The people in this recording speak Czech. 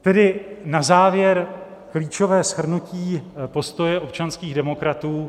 Tedy na závěr klíčové shrnutí postoje občanských demokratů.